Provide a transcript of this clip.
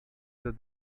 that